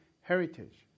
heritage